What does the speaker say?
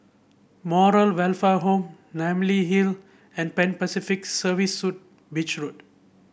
Moral Welfare Home Namly Hill and Pan Pacific Service Suite Beach Road